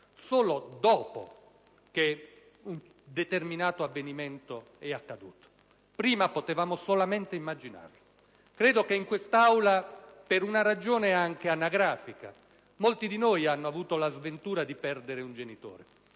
solo dopo che un determinato avvenimento è accaduto. Prima potevamo solo immaginarlo. Credo che in Aula, per una ragione anagrafica, molti di noi hanno avuto la sventura di perdere un genitore.